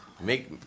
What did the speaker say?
Make